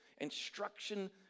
instruction